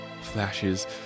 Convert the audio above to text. flashes